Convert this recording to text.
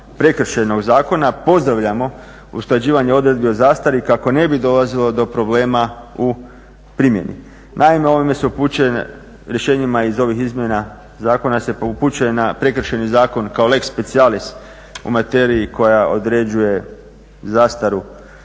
Prekršajnog zakona pozdravljamo usklađivanje odredbi o zastari kako ne bi dolazilo do problema u primjeni. Naime, ovime su upućene, rješenjima iz ovih izmjena zakona se upućuje na Prekršajni zakon kao lex specialis u materiji koja određuje zastaru